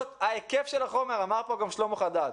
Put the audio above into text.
היקף החומר לבגרויות, אמר פה גם שלמה חדד,